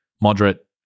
moderate